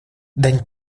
дань